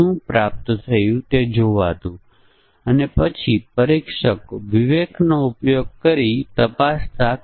જેમ મેં કહ્યું છે અને ઘણી વાર કહ્યું છે કે પરીક્ષણના કેસો ડિઝાઇન કરવા માટે આપણને ઘણી પ્રેક્ટિસની જરૂર છે